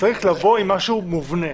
צריך לבוא עם משהו מובנה,